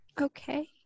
Okay